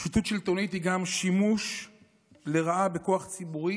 שחיתות שלטונית היא גם שימוש לרעה בכוח ציבורי